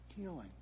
healing